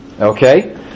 Okay